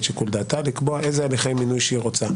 שיקול דעתה לקבוע איזה הליכי מינוי שהיא רוצה.